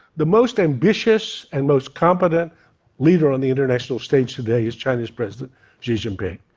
the most ambitious and most competent leader on the international stage today is chinese president xi jinping.